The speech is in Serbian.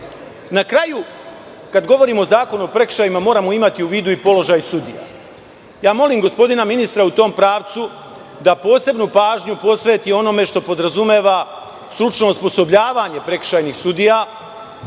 kraju, kada govorimo o zakonu o prekršajima, moramo imati u vidu i položaj sudija. Ja molim gospodina ministra, u tom pravcu da posebnu pažnju posveti onome što podrazumeva stručno osposobljavanje prekršajnih sudija,